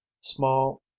small